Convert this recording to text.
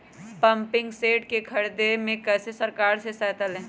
Pumping set के ख़रीदे मे कैसे सरकार से सहायता ले?